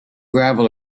gravel